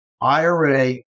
IRA